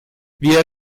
wir